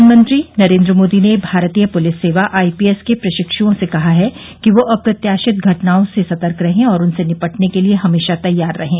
प्रधानमंत्री नरेन्द्र मोदी ने भारतीय पुलिस सेवा आईपीएस के प्रशिक्षुओं से कहा है कि वे अप्रत्याशित घटनाओं से सतर्क रहें और उनसे निपटने के लिए हमेशा तैयार रहें